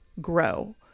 grow